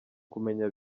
kumenya